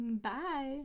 Bye